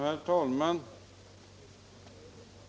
Herr talman!